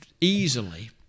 easily